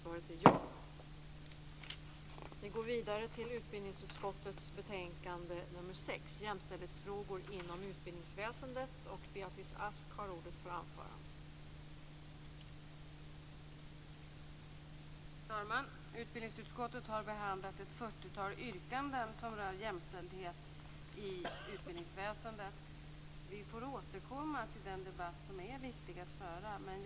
Fru talman! Utbildningsutskottet har behandlat ett fyrtiotal yrkanden som rör jämställdhet inom utbildningsväsendet. Vi får återkomma till den debatten, som det är viktigt att föra.